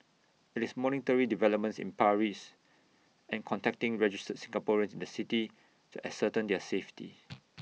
IT is monitoring developments in Paris and contacting registered Singaporeans in the city to ascertain their safety